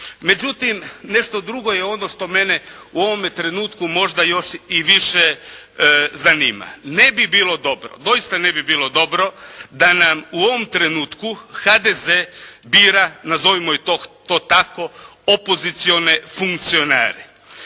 Međutim nešto drugo je ono što mene u ovome trenutku možda još i više zanima. Ne bi bilo dobro, doista ne bi bilo dobro da nam u ovom trenutku HDZ bira nazovimo to tako, opozicione funkcionare.